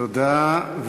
תודה.